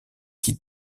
qui